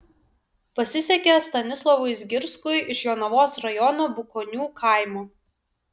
pasisekė stanislovui zgirskui iš jonavos rajono bukonių kaimo